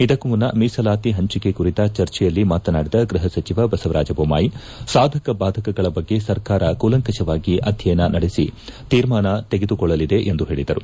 ಇದಕ್ಕೂ ಮುನ್ನ ಮೀಸಲಾತಿ ಹಂಚಿಕೆ ಕುರಿತ ಚರ್ಚೆಯಲ್ಲಿ ಮಾತನಾಡಿದ ಗ್ಲಹ ಸಚಿವ ಬಸವರಾಜ್ ಬೊಮ್ನಾಯಿ ಸಾಧಕ ಬಾಧಕಗಳ ಬಗ್ಗೆ ಸರ್ಕಾರ ಕೂಲಂಕಷವಾಗಿ ಅಧ್ಯಯನ ನಡೆಸಿ ತೀರ್ಮಾನ ತೆಗೆದುಕೊಳ್ಳಲಿದೆ ಎಂದು ಹೇಳಿದರು